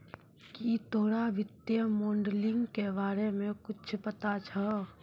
की तोरा वित्तीय मोडलिंग के बारे मे कुच्छ पता छौं